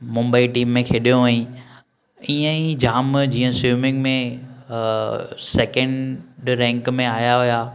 Mumbai team में खेॾियो हुअईं इएं ई जाम जीअं स्विमिंग में सेकेंड रैंक में आया हुआ